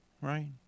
right